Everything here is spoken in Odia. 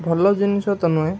ଭଲ ଜିନିଷ ତ ନୁହେଁ